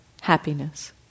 happiness